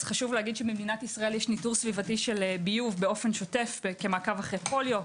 למדינת ישראל יש ניטור סביבתי של ביוב באופן שוטף כמעקב אחרי פוליו.